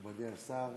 מכובדי השר